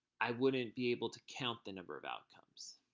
i wouldn't be able to count the number of outcomes.